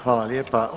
Hvala lijepa.